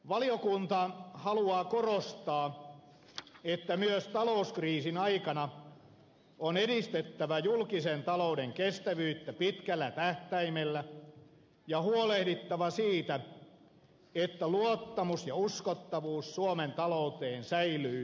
valiokunta haluaa korostaa että myös talouskriisin aikana on edistettävä julkisen talouden kestävyyttä pitkällä tähtäimellä ja huolehdittava siitä että luottamus ja uskottavuus suomen talouteen säilyy myös tulevaisuudessa